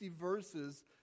verses